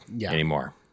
anymore